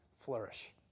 flourish